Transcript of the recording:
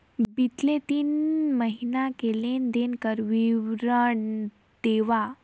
बितले तीन महीना के लेन देन के विवरण देवा?